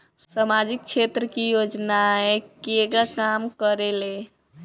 सामाजिक क्षेत्र की योजनाएं केगा काम करेले?